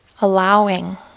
allowing